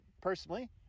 personally